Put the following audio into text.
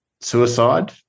suicide